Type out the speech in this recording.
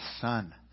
son